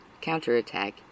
counterattack